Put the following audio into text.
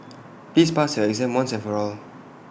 please pass your exam once and for all